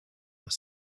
was